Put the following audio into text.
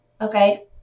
okay